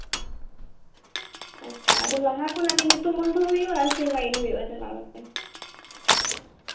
ᱟᱪᱪᱷᱟ ᱟᱫᱚ ᱞᱟᱦᱟ ᱠᱷᱚᱱᱟᱜ ᱜᱮ ᱧᱩᱛᱩᱢ ᱚᱞ ᱫᱚᱦᱚ ᱦᱩᱭᱩᱜ ᱟᱥᱮ ᱞᱟᱭᱤᱱ ᱦᱩᱭᱩᱜᱼᱟ ᱪᱟᱞᱟᱣ ᱠᱟᱛᱮᱜ